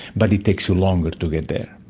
but it takes you longer to get there.